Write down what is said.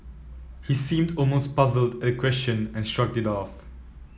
he seemed almost puzzled at the question and shrugged it off